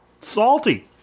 Salty